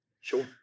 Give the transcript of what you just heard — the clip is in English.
Sure